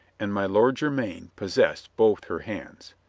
and my lord jermyn possessed both her hands.